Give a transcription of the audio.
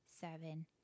seven